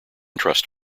trust